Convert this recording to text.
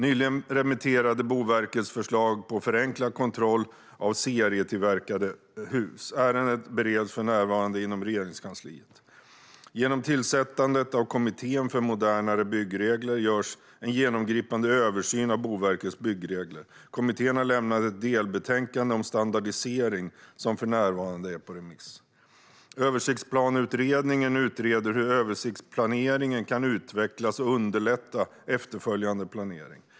Nyligen remitterades Boverkets förslag på förenklad kontroll av serietillverkade hus. Ärendet bereds för närvarande inom Regeringskansliet. Genom tillsättandet av Kommittén för modernare byggregler görs en genomgripande översyn av Boverkets byggregler. Kommittén har lämnat ett delbetänkande om standardisering som för närvarande är på remiss. Översiktsplaneutredningen utreder hur översiktsplaneringen kan utvecklas och underlätta efterföljande planering.